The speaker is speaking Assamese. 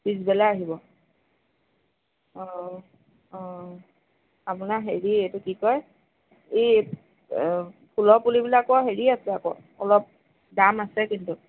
পিছবেলা আহিব অঁ অঁ আপোনাৰ হেৰি এইটো কি কয় এই ফুলৰ পুলি বিলাকৰ হেৰি আছে আকৌ অলপ দাম আছে কিন্তু